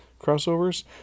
crossovers